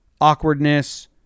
awkwardness